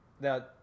now